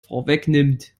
vorwegnimmt